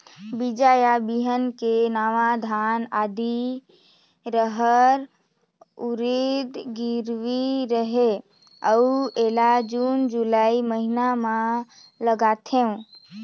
बीजा या बिहान के नवा धान, आदी, रहर, उरीद गिरवी हवे अउ एला जून जुलाई महीना म लगाथेव?